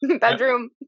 Bedroom